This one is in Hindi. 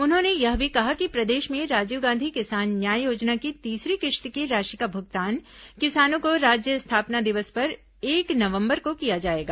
उन्होंने यह भी कहा कि प्रदेश में राजीव गांधी किसान न्याय योजना की तीसरी किश्त की राशि का भुगतान किसानों को राज्य स्थापना दिवस पर एक नवंबर को किया जाएगा